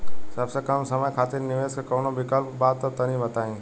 सबसे कम समय खातिर निवेश के कौनो विकल्प बा त तनि बताई?